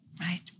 Right